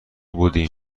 بودیم